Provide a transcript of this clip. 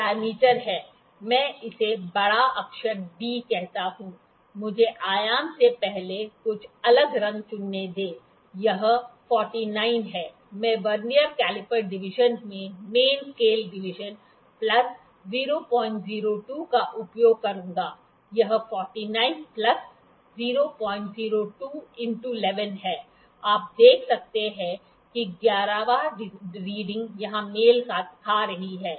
यह डाय्मीटर है मैं इसे बड़ा अक्षर D कहता हूं मुझे आयाम से पहले कुछ अलग रंग चुनने दें यह 49 है मैं वर्नियर स्केल डिवीजन में मेन स्केल डिवीजन प्लस 002 का उपयोग करूंगा यह 49 प्लस 002into 11 है आप देख सकते हैं कि 11th रीडिंग यहां मेल खा रही है